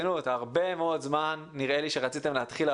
הרבה מאוד זמן נראה לי שרציתם להתחיל לעבוד,